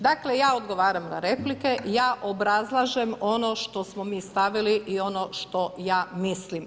Dakle, ja odgovaram na replike i ja obrazlažem ono što smo mi stavili i ono što ja mislim.